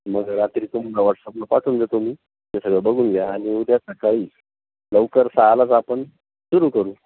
मग रात्री तुम्हाला वॉट्सअपला पाठवून देतो मी ते सगळं बघून घ्या आणि उद्या सकाळी लवकर सहालाच आपण सुरू करू